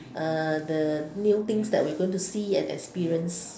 uh the new things that we are going to see and experience